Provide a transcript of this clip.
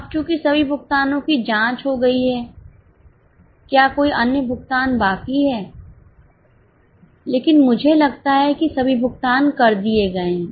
अब चूंकि सभी भुगतानो की जांच हो गई है क्या कोई अन्य भुगतान बाकी है लेकिन मुझे लगता है कि सभी भुगतान कर दिए गए हैं